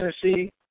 tennessee